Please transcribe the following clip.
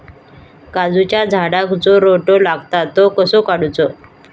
काजूच्या झाडांका जो रोटो लागता तो कसो काडुचो?